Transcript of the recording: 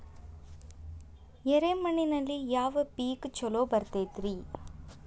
ಎರೆ ಮಣ್ಣಿನಲ್ಲಿ ಯಾವ ಪೇಕ್ ಛಲೋ ಬರತೈತ್ರಿ?